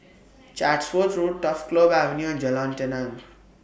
Chatsworth Road Turf Club Avenue and Jalan Tenang